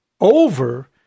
over